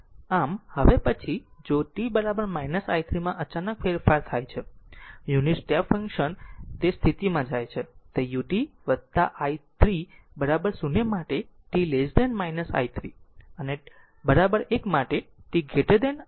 આમ હવે પછી છે જો t i 3 માં અચાનક ફેરફાર થાય છે યુનિટ સ્ટેપ ફંક્શન ફંક્શન તે સ્થિતિમાં જાય છે તે u t i 3 0 માટે t i 3 અને 1 માટે t i 3 છે